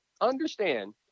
understand